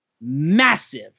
Massive